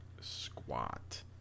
squat